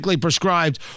prescribed